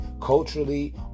culturally